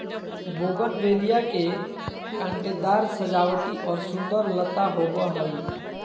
bougainvillea के कांटेदार सजावटी और सुंदर लता होबा हइ